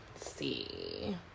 see